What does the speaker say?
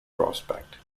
prospect